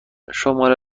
شماره